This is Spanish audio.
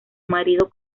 marido